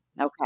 Okay